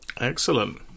Excellent